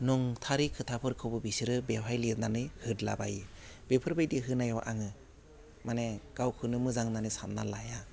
नंथारै खोथाफोरखौबो बिसोरो बेवहाय लिरनानै होद्लाबायो बेफोरबायदि होनायाव आङो माने गावखौनो मोजां होननानै सानना लाया